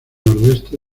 nordeste